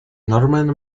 norman